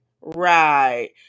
Right